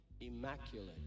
immaculate